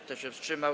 Kto się wstrzymał?